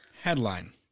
Headline